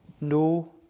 No